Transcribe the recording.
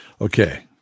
Okay